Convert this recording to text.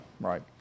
right